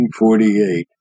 1948